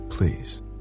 Please